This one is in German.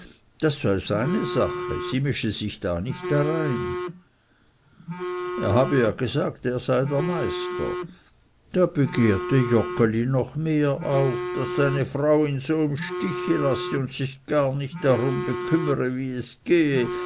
das sei seine sache sie mische sich nicht darein er habe ja gesagt er sei meister da begehrte joggeli noch mehr auf daß seine frau ihn so im stich lasse und sich gar nicht darum bekümmere wie es gehe